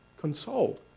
consoled